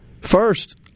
First